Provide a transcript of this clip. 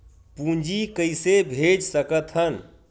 पूंजी कइसे भेज सकत हन?